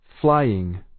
Flying